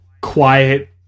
quiet